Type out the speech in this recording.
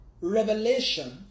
revelation